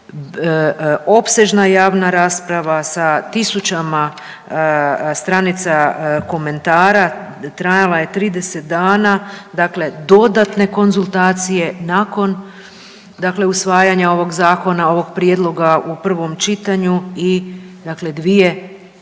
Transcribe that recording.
opsežna javna rasprava sa tisućama stranica komentara trajala je 30 dana, dakle dodatne konzultacije nakon usvajanja ovog zakona, ovog prijedloga u prvom čitanju i dvije tematske